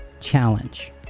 challenge